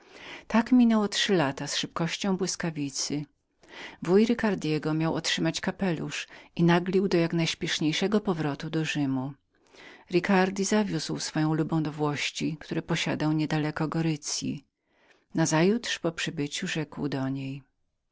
tak przeminęło pięć lat z szybkością błyskawicy krewny ricardego miał otrzymać kapelusz i naglił go do jak najśpieszniejszego powrotu do rzymu ricardi zawiózł swoją lubą do włości które posiadał niedaleko gorice nazajutrz po przybyciu rzekł do niej